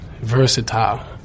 Versatile